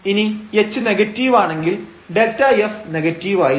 ഇനി h negative ആണെങ്കിൽ Δf നെഗറ്റീവായിരിക്കും